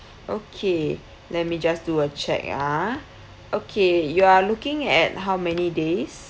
okay let me just do a check ah okay you are looking at how many days